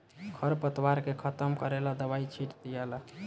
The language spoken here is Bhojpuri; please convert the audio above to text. खर पतवार के खत्म करेला दवाई छिट दियाला